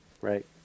right